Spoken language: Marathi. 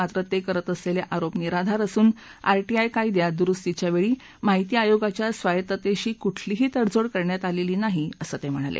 मात्र ते करत असलेले आरोप निराधार असून आरटीआय कायद्यात दुरुस्तीच्या वेळी माहिती आयोगाच्या स्वायत्ततेशी कुठलीही तडजोड करण्यात आलेली नाही असं ते म्हणाले